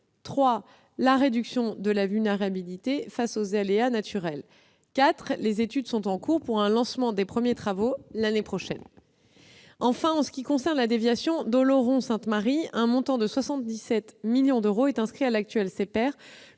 ; la réduction de la vulnérabilité face aux aléas naturels. Les études sont en cours, pour un lancement des premiers travaux l'année prochaine. Enfin, en ce qui concerne la déviation d'Oloron-Sainte-Marie, un montant de 77 millions d'euros est inscrit à l'actuel CPER,